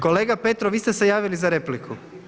Kolega Petrov vi ste se javili za repliku.